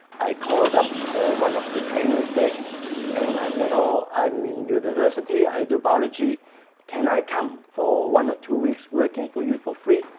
i called up one of the trainers there and i said, oh, i'm in university, i do biology can i come for one or two weeks working for you for free?